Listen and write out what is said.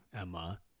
Emma